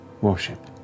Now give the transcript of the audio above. worship